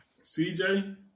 CJ